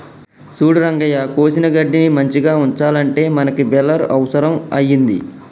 సూడు రంగయ్య కోసిన గడ్డిని మంచిగ ఉంచాలంటే మనకి బెలర్ అవుసరం అయింది